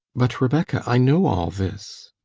but, rebecca i know all this.